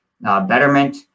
Betterment